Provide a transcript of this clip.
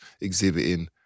exhibiting